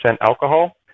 alcohol